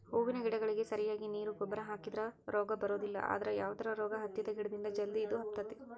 ಹೂವಿನ ಗಿಡಗಳಿಗೆ ಸರಿಯಾಗಿ ನೇರು ಗೊಬ್ಬರ ಹಾಕಿದ್ರ ರೋಗ ಬರೋದಿಲ್ಲ ಅದ್ರ ಯಾವದರ ರೋಗ ಹತ್ತಿದ ಗಿಡದಿಂದ ಜಲ್ದಿ ಇದು ಹಬ್ಬತೇತಿ